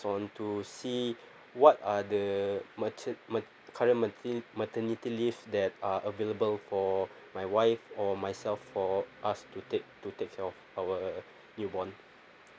onto see what are the mater~ ma~ current maternity maternity leave that are available for my wife or myself for us to take to take care of our newborn